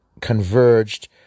converged